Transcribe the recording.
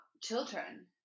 children